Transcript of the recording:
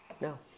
No